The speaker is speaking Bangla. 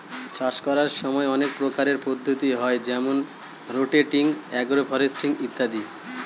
চাষ করার সময় অনেক প্রকারের পদ্ধতি হয় যেমন রোটেটিং, আগ্র ফরেস্ট্রি ইত্যাদি